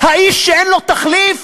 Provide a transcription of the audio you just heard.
האיש שאין לו תחליף,